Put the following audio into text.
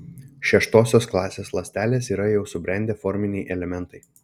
šeštosios klasės ląstelės yra jau subrendę forminiai elementai